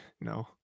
No